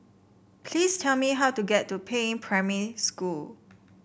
please tell me how to get to Peiying Primary School